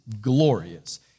glorious